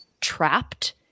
trapped